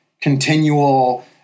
continual